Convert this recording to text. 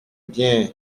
bien